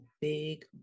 big